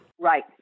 Right